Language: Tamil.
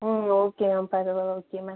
ம் ஓகே மேம் பரவால்ல ஓகே மேம்